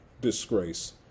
disgrace